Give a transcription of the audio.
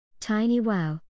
TinyWow